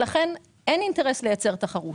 לכן, אין אינטרס לייצר תחרות.